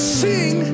sing